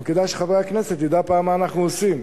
רק כדאי שחבר הכנסת ידע פעם מה אנחנו עושים,